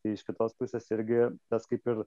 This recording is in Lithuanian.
tai iš kitos pusės irgi tas kaip ir